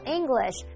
English